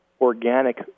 organic